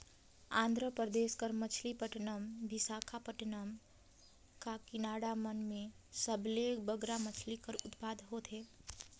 आंध्र परदेस कर मछलीपट्टनम, बिसाखापट्टनम, काकीनाडा मन में सबले बगरा मछरी कर उत्पादन होथे